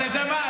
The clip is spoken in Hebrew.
אתה יודע מה,